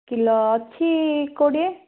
kilo ଅଛି କୋଡ଼ିଏ